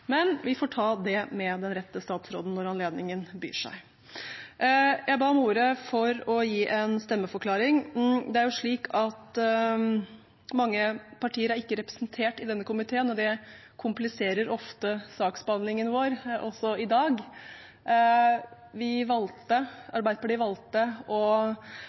Men vi får ta det med den rette statsråden når anledningen byr seg. Jeg ba om ordet for å gi en stemmeforklaring. Mange partier er ikke representert i denne komiteen, og det kompliserer ofte saksbehandlingen vår – også i dag. Arbeiderpartiet valgte å